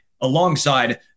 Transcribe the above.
alongside